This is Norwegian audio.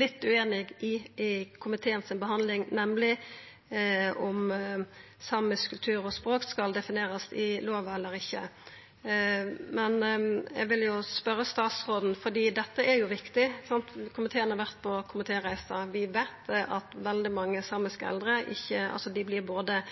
litt ueinig om under handsaminga i komiteen, nemleg om samisk kultur og språk skal definerast i lova eller ikkje. Dette er viktig. Komiteen har vore på komitéreise, og vi veit at veldig mange samiske eldre både vert marginaliserte og diskriminerte, som statsråden snakka om i sitt innlegg. Det verkar som det tar veldig lang tid før f.eks. helsevesenet tilbyr dei